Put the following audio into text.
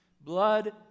Blood